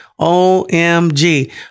OMG